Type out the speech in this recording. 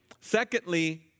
Secondly